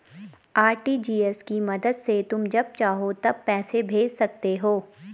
RTGS की मदद से तुम जब चाहो तब पैसे भेज सकते हो